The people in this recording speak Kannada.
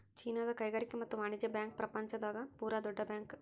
ಚೀನಾದ ಕೈಗಾರಿಕಾ ಮತ್ತು ವಾಣಿಜ್ಯ ಬ್ಯಾಂಕ್ ಪ್ರಪಂಚ ದಾಗ ಪೂರ ದೊಡ್ಡ ಬ್ಯಾಂಕ್